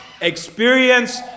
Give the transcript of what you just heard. experience